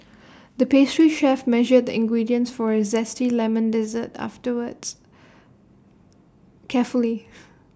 the pastry chef measured the ingredients for A Zesty Lemon Dessert afterwards carefully